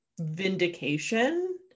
vindication